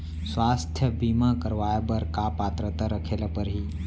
स्वास्थ्य बीमा करवाय बर का पात्रता रखे ल परही?